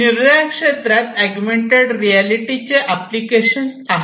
निरनिराळ्या क्षेत्रात अगुमेन्टेड रियालिटीचे एप्लीकेशन्स आहेत